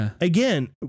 again